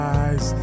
eyes